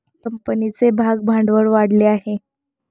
कंपनीचे भागभांडवल वाढले आहे